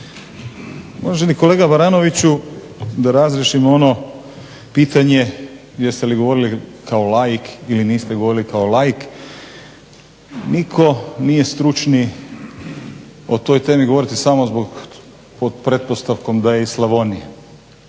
Uvaženi kolega Baranoviću, da razriješimo ono pitanje jeste li govorili kao laik ili niste govorili kao laik. Niko nije stručniji o toj temi govoriti samo zbog, pod pretpostavkom da je iz Slavonije,